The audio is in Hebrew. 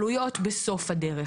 עלויות בסוף הדרך.